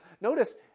notice